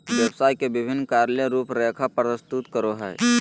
व्यवसाय के विभिन्न कार्य ले रूपरेखा प्रस्तुत करो हइ